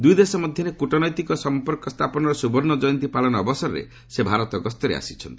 ଦୁଇଦେଶ ମଧ୍ୟରେ କୂଟନୈତିକ ସଂପର୍କ ସ୍ଥାପନର ସୁବର୍ଣ୍ଣ କୟନ୍ତୀ ପାଳନ ଅବସରରେ ସେ ଭାରତ ଗସ୍ତରେ ଆସିଛନ୍ତି